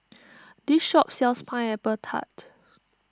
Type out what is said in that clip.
this shop sells Pineapple Tart